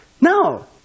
No